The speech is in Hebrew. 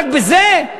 רק בזה?